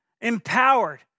empowered